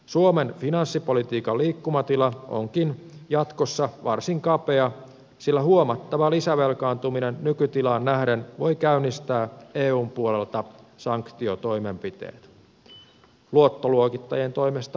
suomen finanssipolitiikan liikkumatila onkin jatkossa varsin kapea sillä huomattava lisävelkaantuminen nykytilaan nähden voi käynnistää eun puolelta sanktiotoimenpiteet luottoluokittajien toimesta muuten myös